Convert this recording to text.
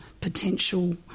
potential